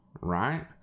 right